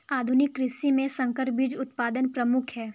आधुनिक कृषि में संकर बीज उत्पादन प्रमुख है